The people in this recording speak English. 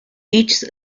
each